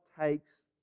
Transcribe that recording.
takes